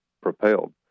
propelled